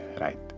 right